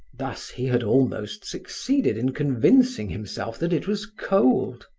thus he had almost succeeded in convincing himself that it was cold.